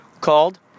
called